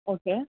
okay